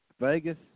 Vegas